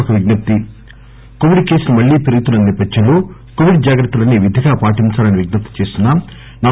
ఒక విజ్ఞప్తి కోవిడ్ కేసులు మళ్లీ పెరుగుతున్న నేపథ్యంలో కోవిడ్ జాగ్రత్తలన్నీ విధిగా పాటించాలని విజ్జప్తి చేస్తున్నాం